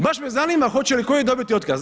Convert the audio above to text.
Baš me zanima hoće li koji dobiti otkaz?